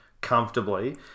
comfortably